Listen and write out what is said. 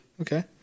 Okay